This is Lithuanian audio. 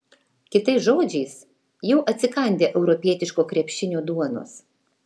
kitais žodžiais jau atsikandę europietiško krepšinio duonos